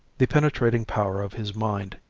the penetrating power of his mind,